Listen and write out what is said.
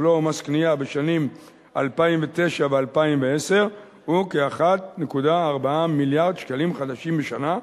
בלו ומס קנייה בשנים 2009 ו-2010 הוא כ-1.4 מיליארד שקלים בשנה,